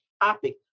topic